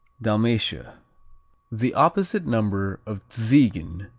dalmatia the opposite number of tzigen,